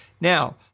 Now